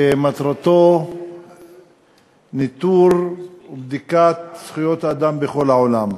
שמטרתו ניטור ובדיקת זכויות האדם בכל העולם.